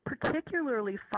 particularly